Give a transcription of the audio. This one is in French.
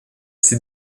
ces